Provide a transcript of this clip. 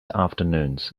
afternoons